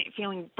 feeling